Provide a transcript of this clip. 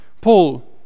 Paul